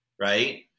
Right